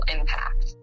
impact